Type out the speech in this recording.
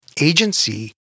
agency